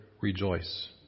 rejoice